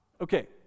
Okay